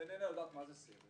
ואינה יודעת מה זה סרט.